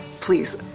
please